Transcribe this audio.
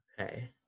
Okay